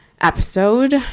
episode